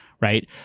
right